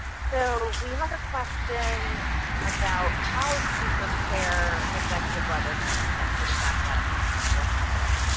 so we have a question about how to prepare executive level management for the fact that mistakes will happen.